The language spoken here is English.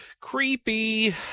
Creepy